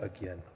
again